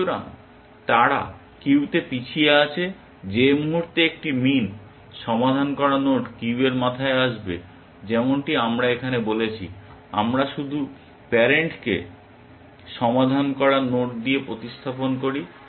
সুতরাং তারা কিউতে পিছিয়ে আছে যে মুহূর্তে একটি মিন সমাধান করা নোড কিউয়ের মাথায় আসবে যেমনটি আমরা এখানে বলেছি আমরা শুধু প্যারেন্টকে সমাধান করা নোড দিয়ে প্রতিস্থাপন করি